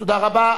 תודה רבה.